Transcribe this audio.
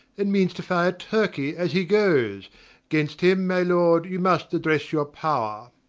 and means to fire turkey as he goes gainst him, my lord, you must address your power.